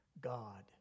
God